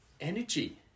energy